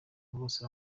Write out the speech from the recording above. bose